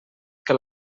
que